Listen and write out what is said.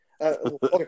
Okay